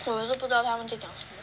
s~ 我也是不知道他们在讲什么